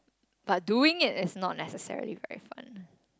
but doing it is not necessarily very fun